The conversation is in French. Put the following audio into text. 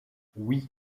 oui